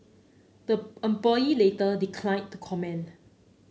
the employee later declined to comment